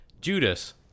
judas